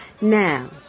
Now